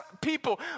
people